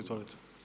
Izvolite.